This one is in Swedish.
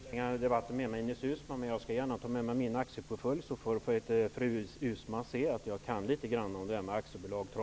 Herr talman! Jag skall gärna ta med mig min aktieportfölj så att fru Uusmann kan se att jag trots allt kan litet om aktiebolagen.